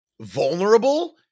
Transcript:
vulnerable